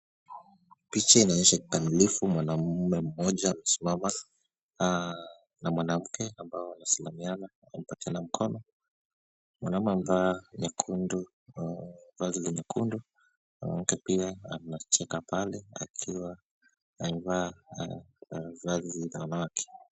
Picha inaonyesha kikamilifu mwanaume mmoja amesimama na mwanamke, ambao wamesimamiana, wakipatiana mkono. Mwanaume amevaa nyekundu, vazi la nyekundu. Mwanamke pia anacheka pale, akiwa amevaa vazi la wanawake.